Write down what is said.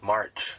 March